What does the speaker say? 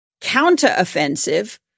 counter-offensive